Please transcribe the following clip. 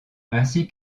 ainsi